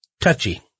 touchy